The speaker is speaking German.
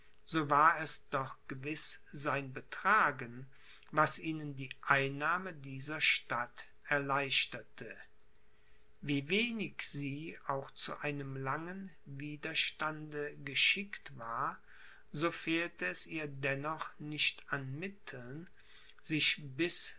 so war es doch gewiß sein betragen was ihnen die einnahme dieser stadt erleichterte wie wenig sie auch zu einem langen widerstande geschickt war so fehlte es ihr dennoch nicht an mitteln sich bis